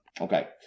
Okay